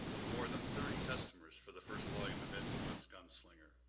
of more than thirty customers for the first volume of ed dorn's gunslinger.